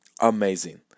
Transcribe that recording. Amazing